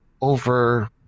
over